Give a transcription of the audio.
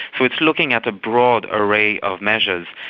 it's looking at a broad array of measures.